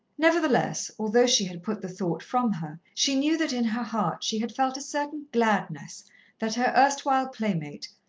nevertheless, although she had put the thought from her, she knew that in her heart she had felt a certain gladness that her erstwhile playmate,